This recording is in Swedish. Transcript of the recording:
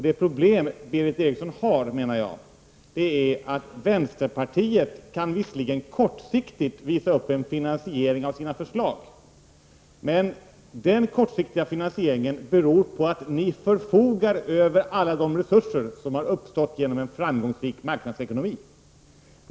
Det problem Berith Eriksson har är, menar jag, att vänsterpartiet visserligen kortsiktigt kan visa upp en finansiering av sina förslag, men den kortsiktiga finansieringen beror på att vänsterpartiet förfogar över alla de resurser som har uppstått genom en framgångsrik marknadsekonomi.